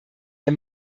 der